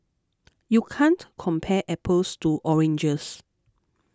you can't compare apples to oranges